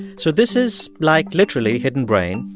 so this is, like, literally hidden brain,